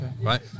right